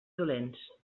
dolents